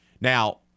Now